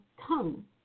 tongue